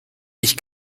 ich